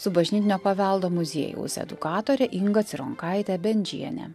su bažnytinio paveldo muziejaus edukatore inga cironkaite bendžiene